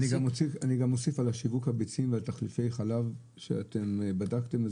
אני גם אוסיף על שיווק הביצים ותחליפי חלב שאתם בדקתם.